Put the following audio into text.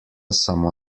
samo